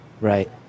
Right